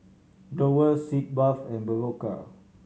Growell Sitz Bath and Berocca